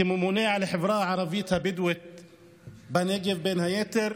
כממונה על החברה הערבית הבדואית בנגב, בין היתר,